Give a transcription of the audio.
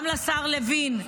גם לשר לוין,